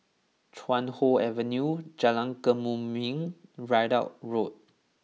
Chuan Hoe Avenue Jalan Kemuning Ridout Road